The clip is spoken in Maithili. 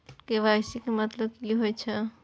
के.वाई.सी के मतलब कि होई छै?